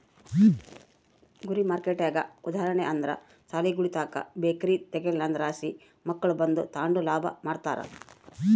ಗುರಿ ಮಾರ್ಕೆಟ್ಗೆ ಉದಾಹರಣೆ ಅಂದ್ರ ಸಾಲಿಗುಳುತಾಕ ಬೇಕರಿ ತಗೇದ್ರಲಾಸಿ ಮಕ್ಳು ಬಂದು ತಾಂಡು ಲಾಭ ಮಾಡ್ತಾರ